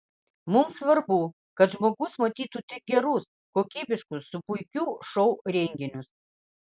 mums svarbu kad žmogus matytų tik gerus kokybiškus su puikiu šou renginius